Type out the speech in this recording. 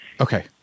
Okay